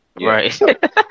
right